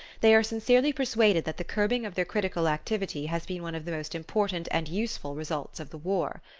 they are sincerely persuaded that the curbing of their critical activity has been one of the most important and useful results of the war.